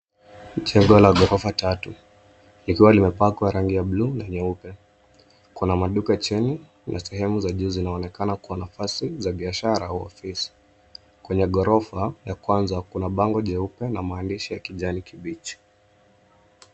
Jengo la ghorofa tatu, likiwa limepakwa rangi ya blue na nyeupe. Kuna maduka chini, na sehemu za juu zinaonekana kua nafasi za biashara au ofisi. Kwenye ghorofa ya kwanza kuna bango jeupe na maandishi ya kijani kibichi.